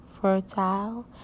fertile